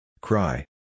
Cry